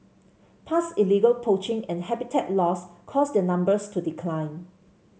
past illegal poaching and habitat loss caused their numbers to decline